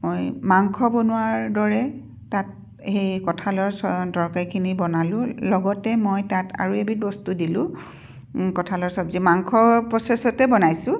মই মাংস বনোৱাৰ দৰে তাত সেই কঁঠালৰ চ তৰকাৰিখিনি বনালোঁ লগতে মই তাত আৰু এবিধ বস্তু দিলো কঁঠালৰ চব্জি মাংস প্ৰচেছতে বনাইছোঁ